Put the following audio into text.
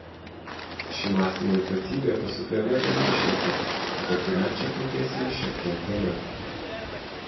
ši mąstymo ypatybė pasufleruoja vieną išeitį apie kurią čia kalbėsime šiek tiek vėliau